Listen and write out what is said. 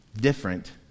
different